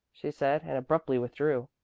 she said and abruptly withdrew.